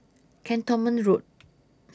Cantonment Road